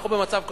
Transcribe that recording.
אנחנו במצב קשה.